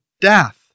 death